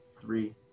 three